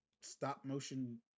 stop-motion